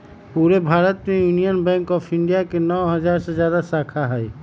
पूरे भारत में union bank of India के नौ हजार से जादा शाखा हई